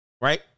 Right